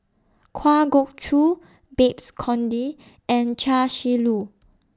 Kwa Geok Choo Babes Conde and Chia Shi Lu